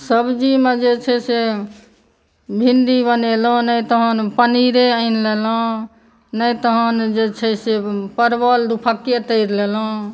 सब्जीमे जे छै से भिण्डी बनेलहुँ नहि तहन पनीरे आनि लेलहुँ नहि तहन जे छै से परवल दू फक्के तरि लेलहुँ